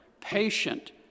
patient